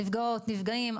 נפגעות ונפגעים,